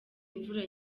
imvura